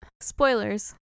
spoilers